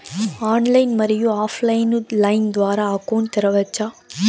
Online, మరియు off line line ద్వారా account తెరవచ్చా?